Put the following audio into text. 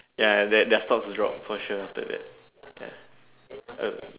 ya their their stocks drop for sure after that yeah um